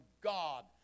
God